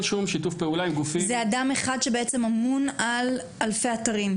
שום שיתוף פעולה עם גופים --- זה אדם אחד שבעצם אמון על אלפי אתרים.